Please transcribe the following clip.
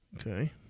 Okay